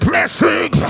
Blessing